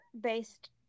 based